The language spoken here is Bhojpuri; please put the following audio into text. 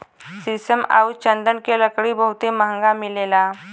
शीशम आउर चन्दन के लकड़ी बहुते महंगा मिलेला